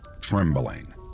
trembling